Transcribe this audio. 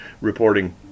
reporting